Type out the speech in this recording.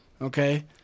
okay